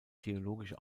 theologische